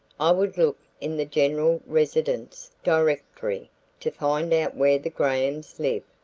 i would look in the general residence directory to find out where the grahams live,